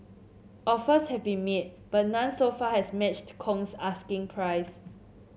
offers have been made but none so far has matched Kong's asking price